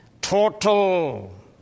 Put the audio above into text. Total